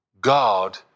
God